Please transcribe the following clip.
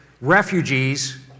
refugees